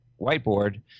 whiteboard